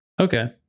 Okay